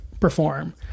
perform